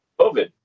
COVID